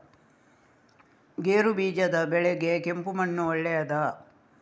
ಗೇರುಬೀಜದ ಬೆಳೆಗೆ ಕೆಂಪು ಮಣ್ಣು ಒಳ್ಳೆಯದಾ?